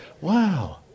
wow